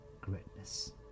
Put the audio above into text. greatness